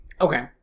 Okay